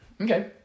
okay